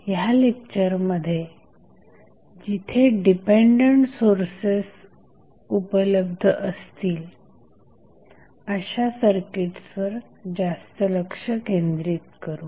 ह्या लेक्चरमध्ये जिथे डिपेंडंट सोर्सेस उपलब्ध असतील अशा सर्किट्सवर जास्त लक्ष केंद्रित करू